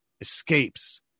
escapes